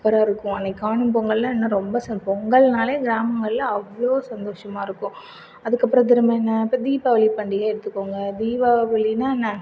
சூப்பராக இருக்கும் அன்றைக்கு காணும் பொங்கல்னா இன்னும் ரொம்ப சூப்பராகருக்கும் பொங்கல்னாலே கிராமங்களில் அவ்வளோ சந்தோஷமாக இருக்கும் அதுக்கப்புறம் திரும்ப என்ன இப்போ தீபாவளி பண்டிகை எடுத்துக்கோங்க தீபாவளினால் என்ன